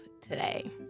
today